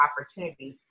opportunities